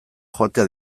joatea